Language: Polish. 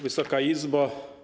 Wysoka Izbo!